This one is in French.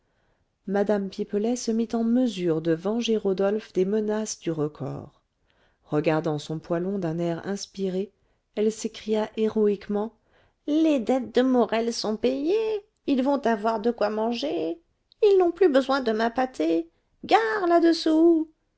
mme pipelet se mit en mesure de venger rodolphe des menaces du recors regardant son poêlon d'un air inspiré elle s'écria héroïquement les dettes de morel sont payées ils vont avoir de quoi manger ils n'ont plus besoin de ma pâtée gare là-dessous